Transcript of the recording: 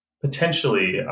potentially